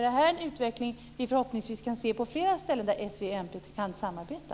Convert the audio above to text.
Det här är en utveckling som vi förhoppningsvis kommer att se på flera ställen där s, v och mp kan samarbeta.